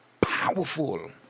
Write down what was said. powerful